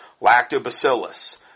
lactobacillus